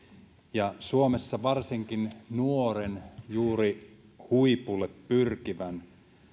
suomessa varsinkin nuoren juuri huipulle pyrkivän